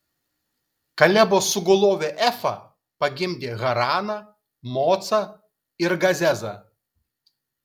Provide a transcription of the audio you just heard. kalebo sugulovė efa pagimdė haraną mocą ir gazezą